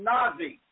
Nazi